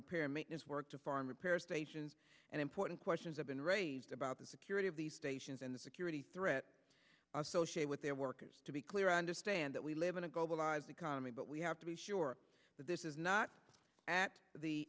repair maintenance work to foreign repair stations and important questions have been raised about the security of these stations and the security threat associate with their workers to be clear i understand that we live in a globalized economy but we have to be sure that this is not at the